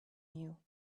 you